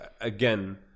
again